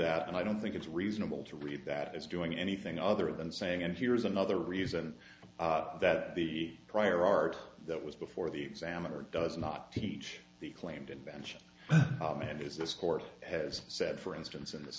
that and i don't think it's reasonable to read that is doing anything other than saying and here is another reason that the prior art that was before the examiner does not teach the claimed invention and is this court has said for instance and it's